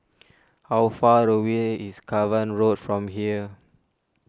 how far away is Cavan Road from here